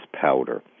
powder